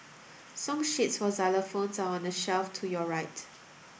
song sheets for xylophones are on the shelf to your right